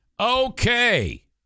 Okay